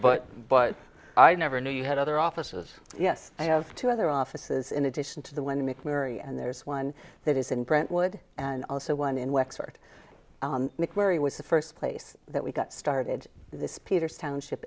but but i never knew you had other offices yes i have two other offices in addition to the one mcqueary and there is one that is in brentwood and also one in wexford where he was the first place that we got started this peters township